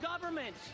government